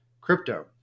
crypto